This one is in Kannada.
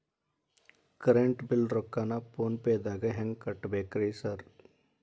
ಕರೆಂಟ್ ಬಿಲ್ ರೊಕ್ಕಾನ ಫೋನ್ ಪೇದಾಗ ಹೆಂಗ್ ಕಟ್ಟಬೇಕ್ರಿ ಸರ್?